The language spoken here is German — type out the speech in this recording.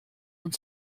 und